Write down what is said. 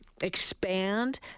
expand